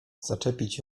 zaczepić